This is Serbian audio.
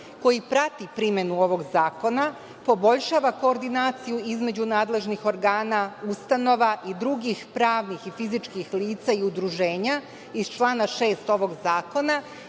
koji prati primenu ovog zakona, poboljšava koordinaciju između nadležnih organa, ustanova i drugih pravnih i fizičkih lica i udruženja iz člana 6. ovog zakona,